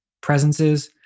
presences